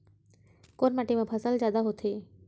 कोन माटी मा फसल जादा होथे?